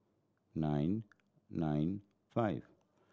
nine nine five